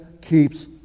keeps